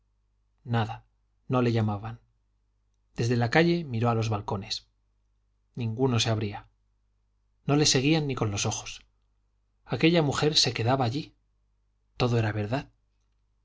nada no le llamaban desde la calle miró a los balcones ninguno se abría no le seguían ni con los ojos aquella mujer se quedaba allí todo era verdad